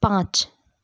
पाँच